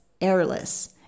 airless